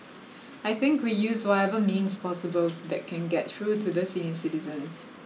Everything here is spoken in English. I think we use whatever means possible that can get through to the senior citizens